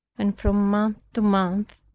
and from month to month,